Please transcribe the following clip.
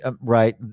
right